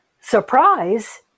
surprise